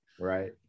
Right